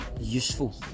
useful